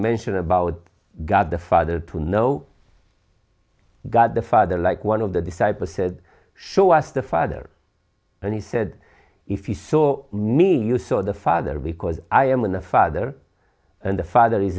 mentioned about god the father to know god the father like one of the disciples said show us the father and he said if you saw me you saw the father because i am in the father and the father is